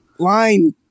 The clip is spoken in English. line